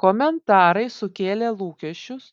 komentarai sukėlė lūkesčius